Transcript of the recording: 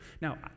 Now